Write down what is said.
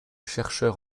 chercheur